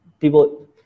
people